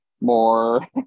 more